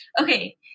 Okay